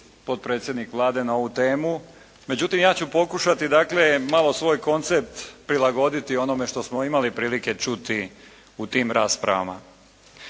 Hvala vam